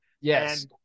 Yes